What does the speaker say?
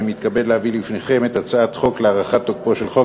אני מתכבד להביא בפניכם את הצעת חוק להארכת תוקפו של חוק